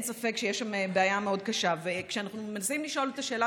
בוועדה המסדרת התכנסנו ואישרנו פטור לשתי הצעות